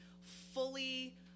fully –